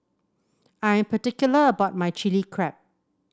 I am particular about my Chili Crab